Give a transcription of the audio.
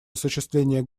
осуществление